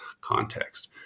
context